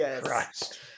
Christ